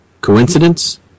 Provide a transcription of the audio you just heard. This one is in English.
Coincidence